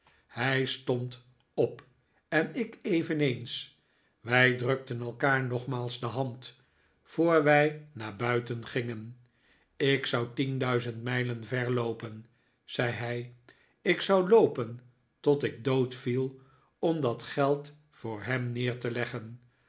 hij stond op en ik eveneens wij drukten elkaar nogmaals de hand voor wij naar buiten gingen ik zou tienduizend mijlen ver loopen zei hij ik zou loopen tot ik doodviel om dat geld voor hem neer te leggen